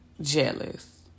jealous